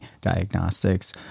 diagnostics